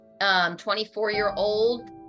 24-year-old